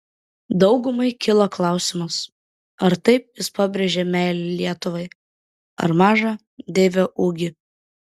daugumai kilo klausimas ar taip jis pabrėžė meilę lietuvai ar mažą deivio ūgį